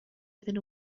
within